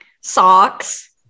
socks